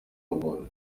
ubuntu